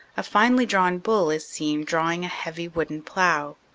a finely drawn bull is seen drawing a heavy wooden plow.